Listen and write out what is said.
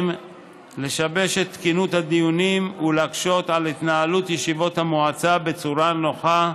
לשבש את תקינות הדיונים ולהקשות על התנהלות ישיבות המועצה בצורה נוחה,